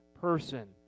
person